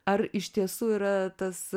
ar iš tiesų yra tas